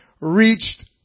reached